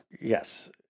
Yes